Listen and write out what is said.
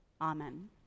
amen